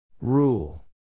rule